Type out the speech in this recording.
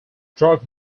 drug